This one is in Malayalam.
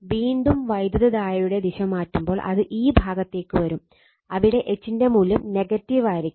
വീണ്ടും വൈദ്യുതധാരയുടെ ദിശ മാറ്റുമ്പോൾ അത് ഈ ഭാഗത്തേക്ക് വരും അവിടെ H ന്റെ മൂല്യം നെഗറ്റീവ് ആയിരിക്കും